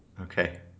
Okay